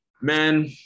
Man